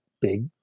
big